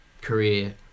career